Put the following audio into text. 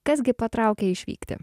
kas gi patraukė išvykti